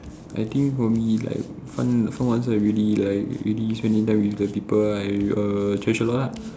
I think for me like fun fun ones are like really spending time with the people I err treasure a lot lah